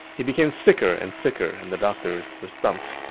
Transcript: he became sicker and sicker, and the doctors were stumped.